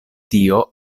tio